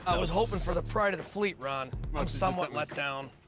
ah was hoping for the pride of the fleet, ron. i'm somewhat letdown.